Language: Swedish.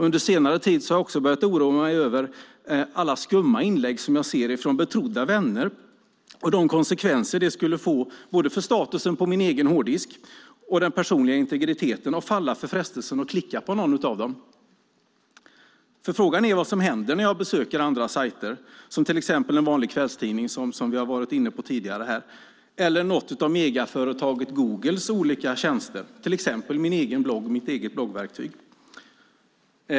Under senare tid har jag börjat oroa mig över alla skumma inlägg jag ser från betrodda vänner och de konsekvenser det skulle få både för statusen på min egen hårddisk och för den personliga integriteten om jag skulle falla för frestelsen att klicka på något av dem. Frågan är vad som händer när jag besöker andra sajter, till exempel en vanlig kvällstidning, vilket vi har varit inne på tidigare här, eller någon av megaföretaget Googles alla tjänster, till exempel min egen blogg och mitt eget bloggverktyg.